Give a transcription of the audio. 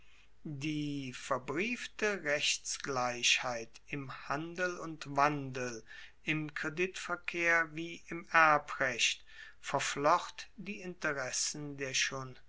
die verbriefte rechtsgleichheit im handel und wandel im kreditverkehr wie im erbrecht verflocht die interessen der schon